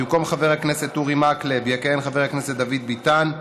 במקום חבר הכנסת אורי מקלב יכהן חבר הכנסת דוד ביטן,